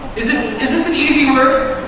is this is this an easy word?